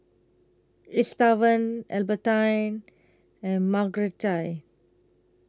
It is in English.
Estevan Albertine and Marguerite